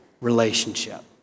relationship